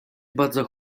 bardzo